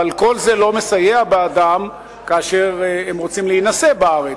אבל כל זה לא מסייע בעדם כאשר הם רוצים להינשא בארץ.